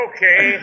Okay